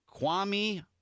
Kwame